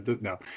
no